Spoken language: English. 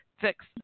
Fix